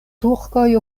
turkoj